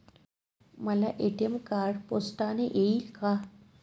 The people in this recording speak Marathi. मला ए.टी.एम कार्ड पोस्टाने येईल का?